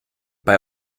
bei